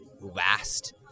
last